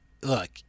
look